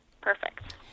Perfect